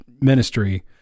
ministry